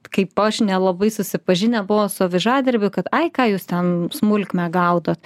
kaip aš nelabai susipažinę buvo su avižadrebiu kad ai ką jūs ten smulkmę gaudot